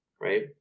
Right